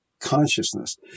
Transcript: consciousness